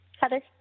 Heather